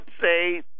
say